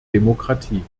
demokratie